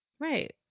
Right